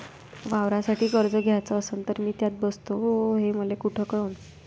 वावरासाठी कर्ज घ्याचं असन तर मी त्यात बसतो हे मले कुठ कळन?